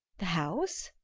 the house?